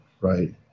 right